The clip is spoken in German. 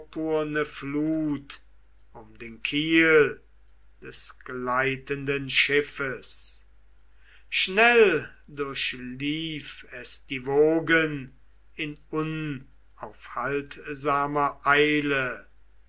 flut um den kiel des gleitenden schiffes schnell durchlief es die wogen in unaufhaltsamer eile